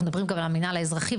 אנחנו מדברים גם עם המנהל האזרחי,